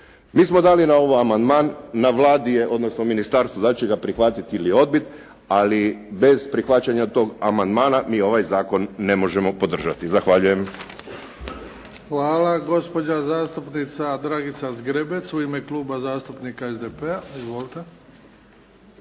Mi smo dali na ovo amandman. Na Vladi je odnosno ministarstvu da li će ga prihvatiti ili odbiti ali bez prihvaćanja tog amandmana mi ovaj zakon ne možemo podržati. Zahvaljujem. **Bebić, Luka (HDZ)** Hvala. Gospođa zastupnica Dragica Zgrebec u ime Kluba zastupnika SDP-a. Izvolite.